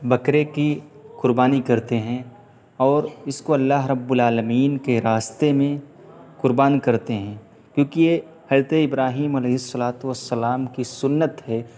بکرے کی قربانی کرتے ہیں اور اس کو اللّہ رب العالمین کے راستے میں قربان کرتے ہیں کیونکہ یہ حضرت ابراہیم علیہ السلاۃ والسلام کی سنت ہے